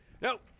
Nope